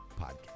podcast